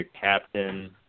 captain